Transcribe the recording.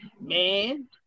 Man